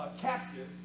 captive